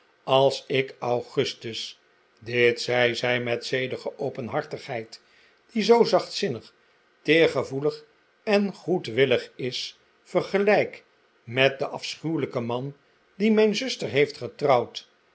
als ik augustus dit zei zij met zedige openhartigheid die zoo zachtzinnig teergevoelig en goedwillig is vergelijk met den afschuwelijken man dien mijn zuster heeft getrouwd